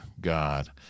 God